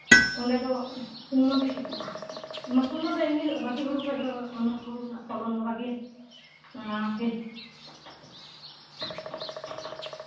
ᱚᱸᱰᱮ ᱫᱚ ᱥᱟᱱᱱᱚ ᱜᱮ ᱴᱷᱤᱠᱚᱜᱼᱟ ᱢᱩᱨᱥᱩᱢ ᱨᱮᱫᱚ ᱵᱟᱠᱤ ᱦᱩᱲᱩ ᱠᱷᱚᱡ ᱫᱚ ᱥᱚᱨᱱᱚ ᱦᱩᱲᱩ ᱨᱚᱱᱟᱜ ᱯᱷᱚᱞᱚᱱ ᱫᱚ ᱵᱷᱟᱜᱤ ᱚᱱᱟ ᱠᱚᱜᱮ